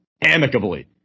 amicably